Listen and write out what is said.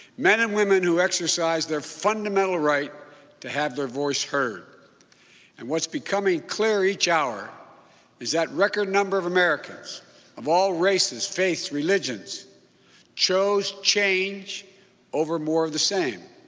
men and women who exercised their fundamental right to have their voice heard and what's becoming clear each hour is that record number of americans of all races, faiths, religions chose change over more of the same.